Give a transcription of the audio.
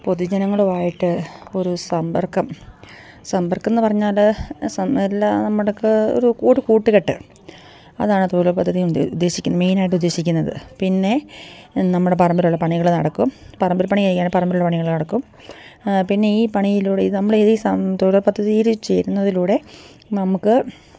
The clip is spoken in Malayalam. പൊതുജനങ്ങളുമായിട്ട് ഒരു സമ്പർക്കം സമ്പർക്കമെന്ന് പറഞ്ഞാല് ഒരു കൂട്ടുകെട്ട് അതാണ് തൊഴിലുറപ്പ് പദ്ധതി കൊണ്ട് ഉദ്ദേശിക്കുന്നത് മേയ്നായിട്ട് ഉദ്ദേശിക്കുന്നത് പിന്നെ നമ്മുടെ പറമ്പിലുള്ള പണികള് നടക്കും പറമ്പില് പണി ചെയ്യുകയാണെങ്കില് പറമ്പിലുള്ള പണികള് നടക്കും പിന്നെ നമ്മള് ഈ തൊഴിലുറപ്പ് പദ്ധതിയില് ചേരുന്നതിലൂടെ നമുക്ക്